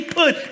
put